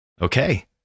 okay